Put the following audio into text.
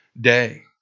day